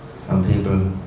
some people